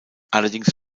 allerdings